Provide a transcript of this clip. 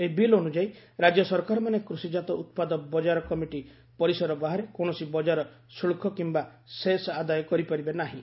ଏହି ବିଲ୍ ଅନୁଯାୟୀ ରାଜ୍ୟ ସରକାରମାନେ କୃଷିଜାତ ଉତ୍ପାଦ ବଜାର କମିଟି ପରିସର ବାହାରେ କୌଣସି ବଜାର ଶୁଳ୍କ କିୟା ସେସ ଆଦାୟ କରିପାରିବେ ନାହିଁ